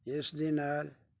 ਜਿਸ ਦੇ ਨਾਲ